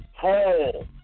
hole